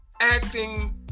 acting